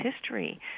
history